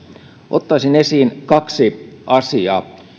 ottaisin esiin kaksi asiaa